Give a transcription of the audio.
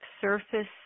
surface